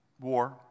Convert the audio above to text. War